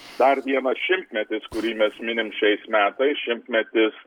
dar vienas šimtmetis kurį mes minim šiais metais šimtmetis